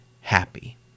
happy